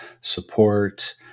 support